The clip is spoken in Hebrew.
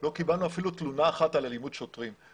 לא קיבלנו אפילו תלונה אחת על אלימות שוטרים.